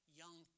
young